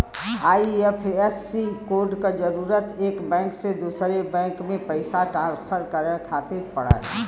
IFSC code क जरूरत एक बैंक से दूसरे बैंक में पइसा ट्रांसफर करे खातिर पड़ला